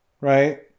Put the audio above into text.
right